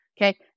Okay